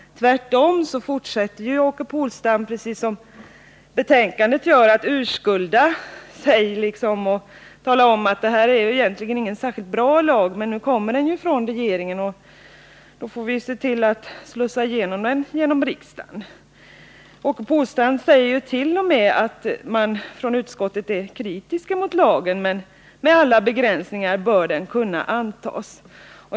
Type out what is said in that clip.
Tvärtom, Åke Polstam fortsatte att urskulda sig — det gör också utskottet i betänkandet. Han menade att det här inte är någon särskilt bra lag, men nu kommer förslaget från regeringen, och då får vi se till att slussa det igenom riksdagen. Åke Polstam sade t.o.m. att utskottet är kritiskt till lagen men att den med alla begränsningar bör kunna antas.